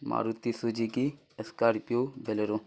Maruti Suzuki scorpio bolero